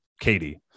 Katie